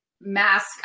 mask